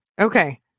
okay